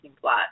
plot